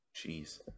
Jeez